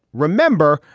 remember,